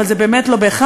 אבל זה באמת לא בהכרח.